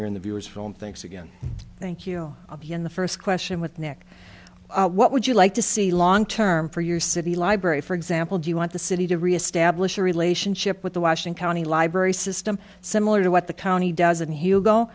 here in the viewers feel and thanks again thank you the first question with nick what would you like to see long term for your city library for example do you want the city to reestablish a relationship with the washing county library system similar to what the county doesn't he'll go